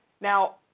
Now